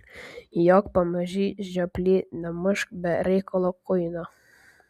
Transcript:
jok pamaži žioply nemušk be reikalo kuino